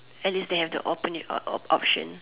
at least they have to open it op~ option